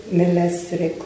nell'essere